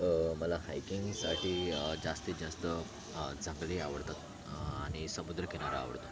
मला हायकिंगसाठी जास्तीत जास्त जंगले आवडतात आणि समुद्रकिनारा आवडतो